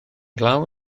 glaw